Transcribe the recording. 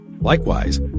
Likewise